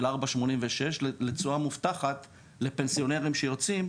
4.86% לתשואה מובטחת לפנסיונרים שיוצאים,